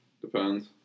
Depends